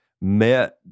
Met